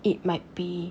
it might be